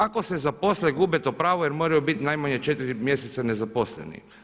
Ako se zaposle gube to pravo jer moraju biti najmanje 4 mjeseca nezaposleni.